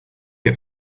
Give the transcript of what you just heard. get